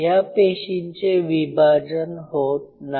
या पेशींचे विभाजन होत नाही